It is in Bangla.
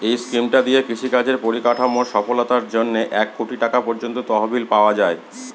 এই স্কিমটা দিয়ে কৃষি কাজের পরিকাঠামোর সফলতার জন্যে এক কোটি টাকা পর্যন্ত তহবিল পাওয়া যায়